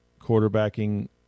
quarterbacking